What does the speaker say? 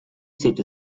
seat